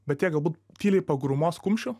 bet jie galbūt tyliai pagrūmos kumščiu